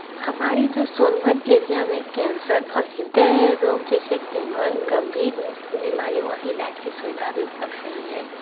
हमारी जो सोनभद्र एरिया में कैंसर और हृदय रोग जैसे दिन भर गम्भीर बीमारियों का इलाज़ की सुविधा भी उपलब्ध नहीं है